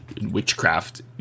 witchcraft